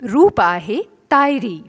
रूप आहे ताहिरी